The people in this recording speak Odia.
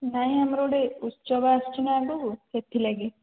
ନାଇଁ ଆମର ଗୋଟେ ଉତ୍ସବ ଆସୁଛି ନା ଆଗକୁ ସେଥିଲାଗି